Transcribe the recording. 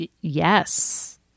yes